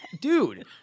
dude